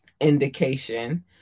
indication